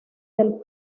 del